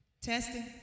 Testing